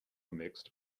mixed